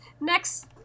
next